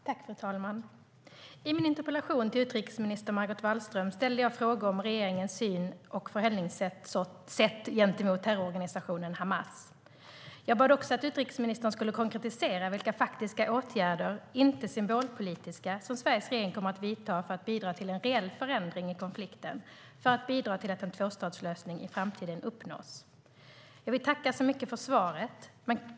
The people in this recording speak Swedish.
Fru talman! I min interpellation till utrikesminister Margot Wallström ställde jag frågor om regeringens syn på och förhållningssätt till terrororganisationen Hamas. Jag bad också utrikesministern konkretisera vilka faktiska - inte symbolpolitiska - åtgärder Sveriges regering kommer att vidta för att bidra till en reell förändring i konflikten och för att bidra till att en tvåstatslösning i framtiden uppnås. Jag vill tacka så mycket för svaret.